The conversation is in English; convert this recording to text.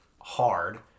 hard